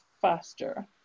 faster